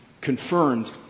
confirmed